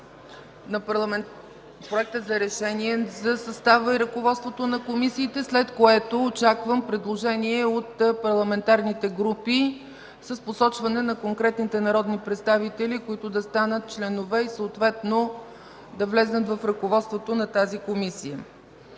Проекта на решение за състава и ръководството на комисиите, след което очаквам предложения от парламентарните групи с посочване на конкретните народни представители, които да станат членове и съответно да влязат в ръководството на тази Комисия.